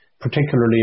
particularly